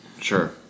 Sure